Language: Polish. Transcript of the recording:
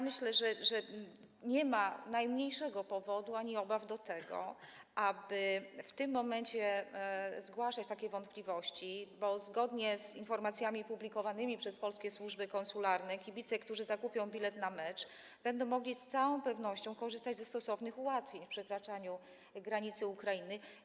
Myślę, że nie ma najmniejszego powodu do obaw, do tego, aby w tym momencie zgłaszać takie wątpliwości, bo zgodnie z informacjami publikowanymi przez polskie służby konsularne kibice, którzy zakupią bilet na mecz, będą mogli z całą pewnością korzystać ze stosownych ułatwień w przekraczaniu granicy Ukrainy.